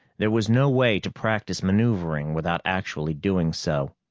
there was no way to practice maneuvering without actually doing so.